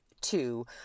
two